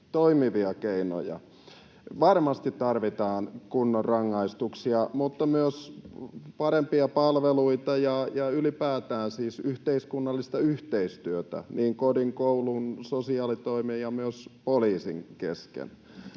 toimivia keinoja. Varmasti tarvitaan kunnon rangaistuksia, mutta myös parempia palveluita ja ylipäätään siis yhteiskunnallista yhteistyötä niin kodin, koulun, sosiaalitoimen kuin myös poliisin kesken.